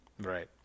Right